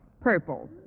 purple